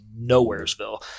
Nowheresville